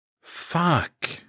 Fuck